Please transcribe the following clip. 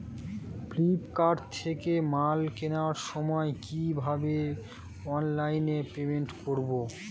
Flipkart থেকে মাল কেনার সময় কিভাবে অনলাইনে পেমেন্ট করব?